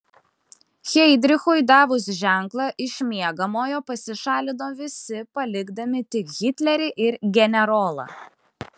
heidrichui davus ženklą iš miegamojo pasišalino visi palikdami tik hitlerį ir generolą